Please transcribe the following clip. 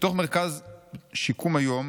"בתוך מרכז שיקום היום,